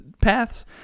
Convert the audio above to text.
paths